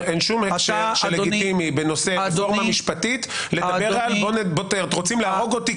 אין שום הקשר לגיטימי בנושא רפורמה משפטית לדבר - רוצים להרוג אותי,